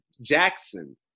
Jackson